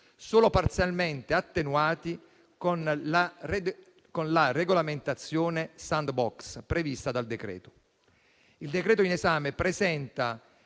solo parzialmente attenuati con la regolamentazione *sandbox* prevista dal decreto-legge. Il decreto-legge in esame presenta